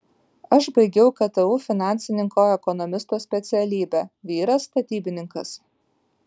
aš baigiau ktu finansininko ekonomisto specialybę vyras statybininkas